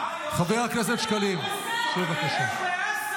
למה מפריעים